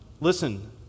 Listen